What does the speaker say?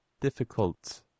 difficult